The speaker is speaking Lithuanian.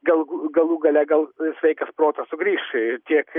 gal galų gale gal sveikas protas sugrįš tiek